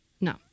No